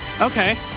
Okay